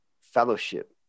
fellowship